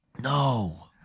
No